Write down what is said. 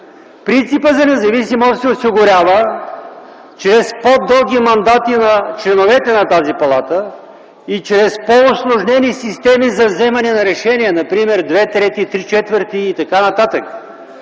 принципът за независимост се осигурява чрез по-дълги мандати на членовете на тази палата и чрез по-усложнени системи за вземане на решения, например две трети, три